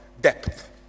depth